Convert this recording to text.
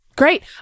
Great